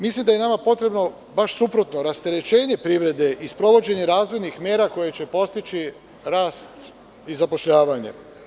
Mislim da je nama potrebno baš suprotno, rasterećenje privrede i sprovođenje razornih mera koje će podstaći rast i zapošljavanje.